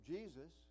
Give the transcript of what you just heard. Jesus